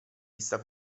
vista